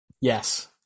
Yes